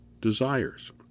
desires